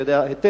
אתה יודע היטב